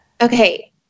Okay